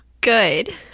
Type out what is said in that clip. Good